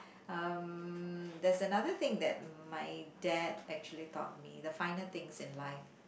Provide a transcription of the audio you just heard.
um there's another thing that my dad actually taught me the finer things in life